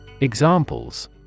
Examples